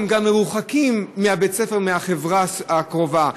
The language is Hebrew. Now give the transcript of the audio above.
הם גם מרוחקים מבית-הספר ומהחברה הקרובה,